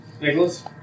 Nicholas